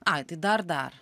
ai tai dar dar